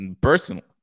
personally